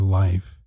life